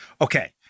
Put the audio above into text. Okay